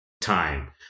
time